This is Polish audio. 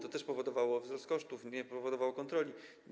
To też powodowało wzrost kosztów, nie umożliwiało kontroli.